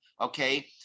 okay